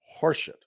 horseshit